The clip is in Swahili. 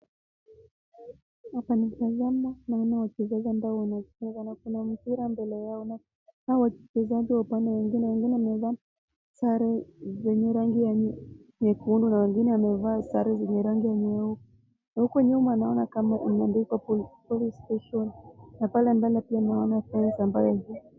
Hapa nikitazama naona wachezaji ambao wanacheza na kuna mchira mbele yao na hawa wachezaji wa upande mwingine wengine meza sare zenye rangi ya nyekundu na wengine wamevaa sare zenye rangi ya nyeusi. Na huko nyuma naona kama inaandikwa police station na pale mbele pia naona signs ambayo.